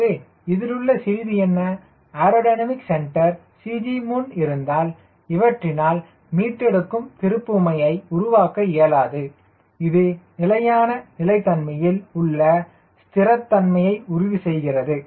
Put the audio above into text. எனவே இதில் உள்ள செய்தி என்ன ஏரோடைனமிக் சென்டர் CG முன் இருந்தால் இவற்றினால் மீட்டெடுக்கும் திருப்புமையை உருவாக்க இயலாது இது நிலையான நிலை தன்மையில் உள்ள ஸ்திரத்தன்மையை உறுதி செய்கிறது